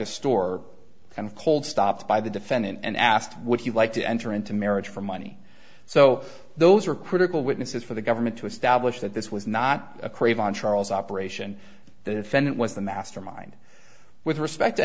a store and cold stopped by the defendant and asked would you like to enter into marriage for money so those are critical witnesses for the government to establish that this was not a craven charles operation the defendant was the mastermind with respect to